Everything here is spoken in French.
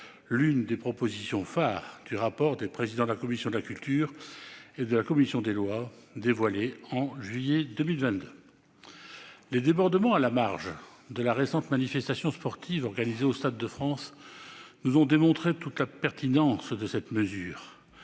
l'une des propositions phares du rapport des présidents de la commission de la culture et de la commission des lois dévoilé en juillet 2022. Les débordements que l'on a déplorés à la marge de la récente manifestation sportive organisée au Stade de France nous ont démontré toute la pertinence de cette mesure.